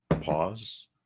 Pause